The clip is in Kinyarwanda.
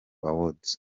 awards